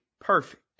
perfect